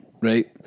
right